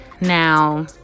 now